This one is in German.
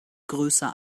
größer